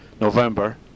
November